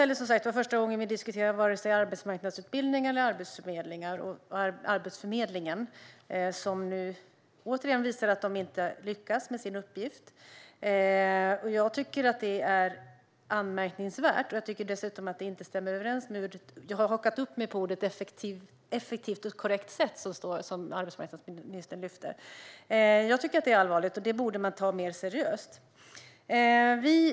Det är som sagt inte första gången vi diskuterar vare sig arbetsmarknadsutbildning eller Arbetsförmedlingen, som nu återigen visar att den inte lyckas med sin uppgift. Jag tycker att det är anmärkningsvärt, och dessutom har jag hakat upp mig på orden "ett effektivt och korrekt sätt", som arbetsmarknadsministern nämnde. Jag tycker att detta är allvarligt, och man borde ta det mer seriöst.